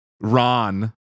ron